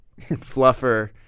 fluffer